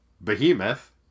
behemoth